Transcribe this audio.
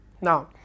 Now